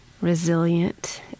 resilient